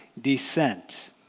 descent